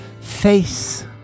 Face